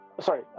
sorry